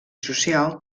social